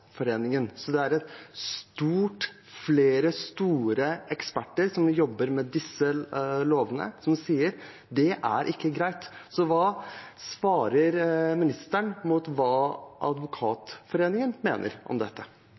så det er flere eksperter som jobber med disse lovene, som sier: Det er ikke greit. Hva svarer ministeren på hva Advokatforeningen mener om dette?